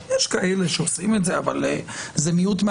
היא הפרידה אבל היא נעזרת בשניהם.